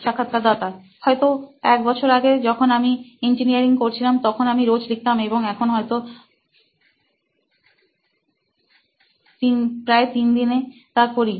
সাক্ষাৎকারদাতা হয়তো এক বছর আগে যতদিন আমি ইঞ্জিনিয়ারিং করছিলামতখন আমি রোজ লিখতাম এবং এখন হয়তো ফাই বা তিন দিনে তা করি